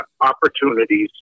opportunities